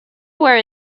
were